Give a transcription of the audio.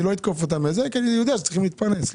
אני לא אתקוף אותם כי אני יודע שהם צריכים להתפרנס.